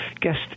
Guest